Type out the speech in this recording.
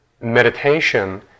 meditation